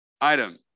item